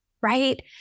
right